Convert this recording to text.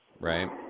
right